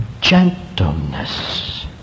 gentleness